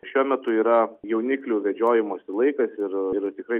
šiuo metu yra jauniklių vedžiojimosi laikas ir yra tikrai